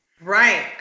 Right